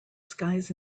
skies